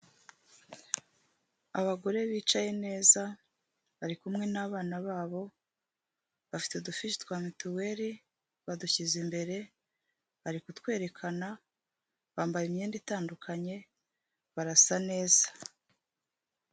Abagore bicaye neza, bari kumwe n'abana babo, bafite udufishi twa mituweri badushyize imbere bari kutwerekana, bambaye imyenda itandukanye, barasa neza.